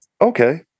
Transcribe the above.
okay